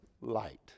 light